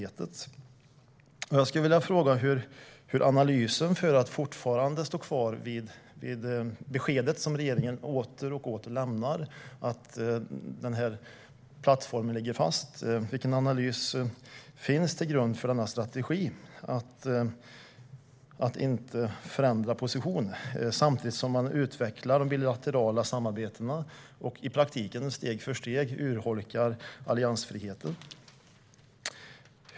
Vilken analys ligger till grund för regeringens återkommande besked om att plattformen ligger fast? Man vill inte förändra position samtidigt som man utvecklar de bilaterala samarbetena och i praktiken urholkar alliansfriheten steg för steg.